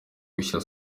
gushyira